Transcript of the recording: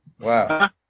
wow